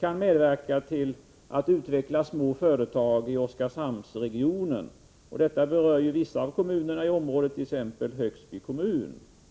kan medverka till att utveckla små företag i Oskarshamnsregionen. Detta berör ju vissa av kommunerna i området, t.ex. Högsby kommun.